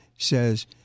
says